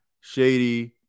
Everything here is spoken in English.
Shady